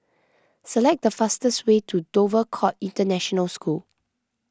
select the fastest way to Dover Court International School